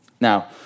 Now